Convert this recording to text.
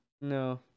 No